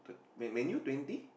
Man Man-U twenty